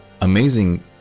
amazing